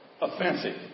offensive